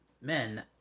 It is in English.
men